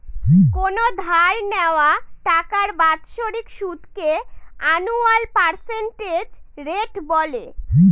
কোনো ধার নেওয়া টাকার বাৎসরিক সুদকে আনুয়াল পার্সেন্টেজ রেট বলে